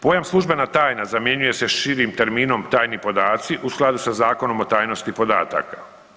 Pojam „službena tajna“ zamjenjuje se širim terminom „tajni podaci“ u skladu sa Zakonom o tajnosti podataka.